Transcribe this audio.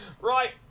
Right